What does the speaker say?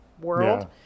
world